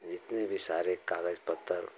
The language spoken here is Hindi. जितने भी सारे कागज पत्तर